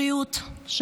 בריאות.